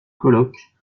colloque